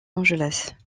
angeles